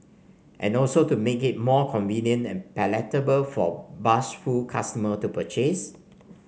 and also to make it more convenient and palatable for bashful customer to purchase